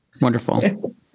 Wonderful